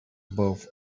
both